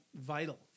vital